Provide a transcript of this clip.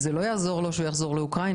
זה לא יעזור לו כשהוא יחזור לאוקראינה.